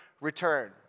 Return